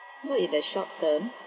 not in the short term